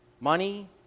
Money